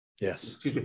Yes